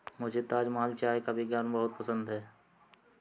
मुझे ताजमहल चाय का विज्ञापन बहुत पसंद है